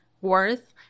worth